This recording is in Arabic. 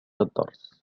الدرس